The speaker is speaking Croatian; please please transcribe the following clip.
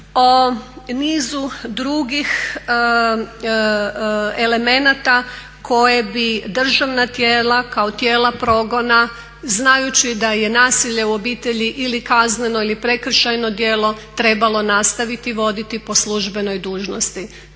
o nizu drugih elemenata koje bi državna tijela kao tijela progona znajući da je nasilje u obitelji ili kazneno ili prekršajno djelo trebalo nastaviti voditi po službenoj dužnosti.